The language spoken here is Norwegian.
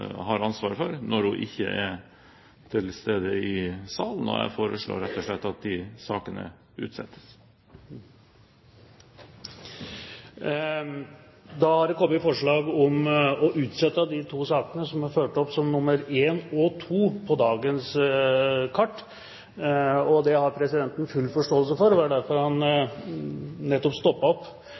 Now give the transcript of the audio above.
har ansvaret for, når hun ikke er til stede i salen, og jeg foreslår at de sakene utsettes. Da har det kommet forslag om å utsette de to sakene som er ført opp som nr. 1 og nr. 2 på dagens kart. Det har presidenten full forståelse for. Det var nettopp derfor han stoppet opp